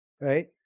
right